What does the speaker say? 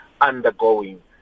undergoing